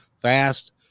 fast